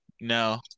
No